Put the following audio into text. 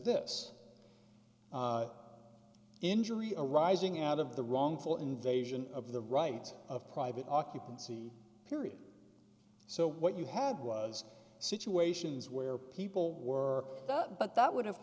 this injury arising out of the wrongful invasion of the right of private occupancy period so what you had was situations where people were that but that would have